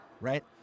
right